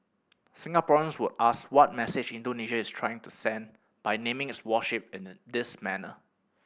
Singaporeans would ask what message Indonesia is trying to send by naming its warship in a this manner